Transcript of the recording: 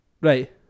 Right